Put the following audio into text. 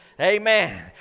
Amen